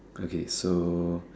okay so